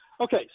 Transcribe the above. Okay